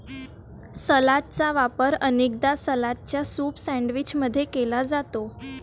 सलादचा वापर अनेकदा सलादच्या सूप सैंडविच मध्ये केला जाते